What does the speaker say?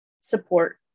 support